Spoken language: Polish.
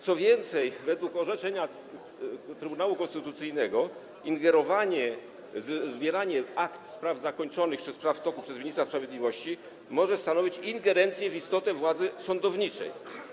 Co więcej, według orzeczenia Trybunału Konstytucyjnego zbieranie akt spraw zakończonych czy spraw w toku przez ministra sprawiedliwości może stanowić ingerencję w istotę władzy sądowniczej.